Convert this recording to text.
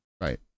right